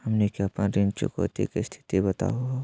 हमनी के अपन ऋण चुकौती के स्थिति बताहु हो?